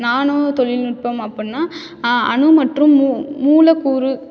நானோ தொழில்நுட்பம் அப்பட்னா அ அணு மற்றும் மூ மூலக்கூறு